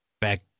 back